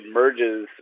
merges